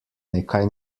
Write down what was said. nekaj